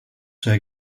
see